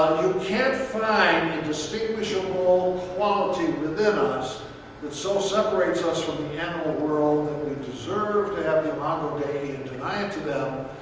you can't find a distinguishable quality within us that so separates us from the animal world that we deserve to have the imago dei denied to them.